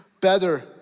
better